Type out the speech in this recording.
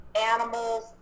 animals